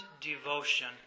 devotion